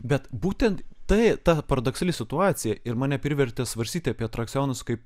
bet būtent tai ta paradoksali situacija ir mane privertė svarstyti apie atrakcionus kaip